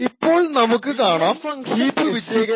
ഇപ്പോൾ നമുക്ക് കാണാം ഹീപ്പ് വിജയകരമായി ഓവർഫ്ളോ ആകുന്നത്